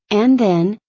and then,